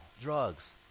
drugs